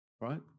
Right